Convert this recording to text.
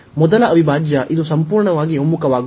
ಮೊದಲ ಅವಿಭಾಜ್ಯ ಇದು ಸಂಪೂರ್ಣವಾಗಿ ಒಮ್ಮುಖವಾಗುವುದು